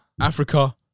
Africa